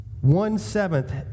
One-seventh